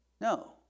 No